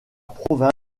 province